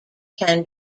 can